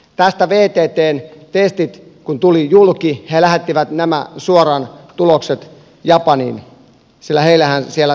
kun vttn testit tästä tulivat julki he lähettivät nämä tulokset suoraan japaniin sillä heillähän siellä tekemistä riittää